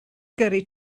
gyrru